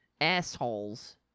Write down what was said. assholes